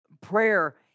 Prayer